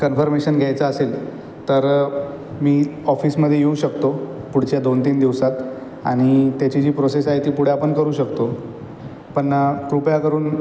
confirmation घ्यायचं असेल तर मी ऑफिसमध्ये येऊ शकतो पुढच्या दोनतीन दिवसात आणि त्याची जी प्रोसेस आहे ती पुढं आपण करू शकतो पण कृपया करून